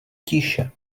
tiše